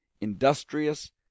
industrious